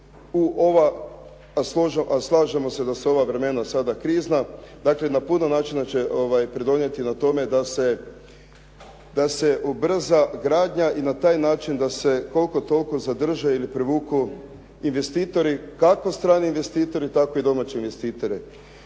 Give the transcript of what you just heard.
a slažemo se da su ova vremena sada krizna, dakle na puno načina će pridonijeti tome da se ubrza gradnja i na taj način da se koliko toliko zadrže ili privuku investitori, kako strani investitori tako i domaći investitori.